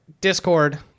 Discord